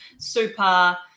super